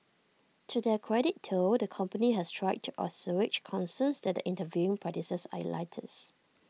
to their credit though the company has tried to assuage concerns that their interviewing practices are elitist